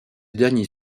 dernier